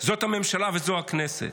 זאת הממשלה וזאת הכנסת.